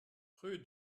rue